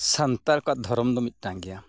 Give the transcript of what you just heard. ᱥᱟᱱᱛᱟᱲ ᱠᱚᱣᱟᱜ ᱫᱷᱚᱨᱚᱢ ᱫᱚ ᱢᱤᱫᱴᱟᱱ ᱜᱮᱭᱟ